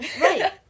Right